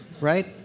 right